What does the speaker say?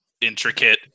intricate